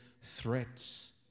threats